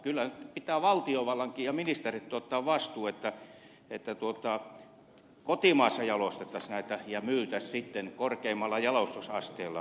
kyllä pitää valtiovallankin ja ministereitten ottaa vastuu niin että kotimaassa jalostettaisiin näitä ja myytäisiin korkeimmalla jalostusasteella